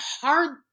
hard